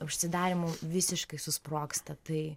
užsidarymu visiškai susprogsta tai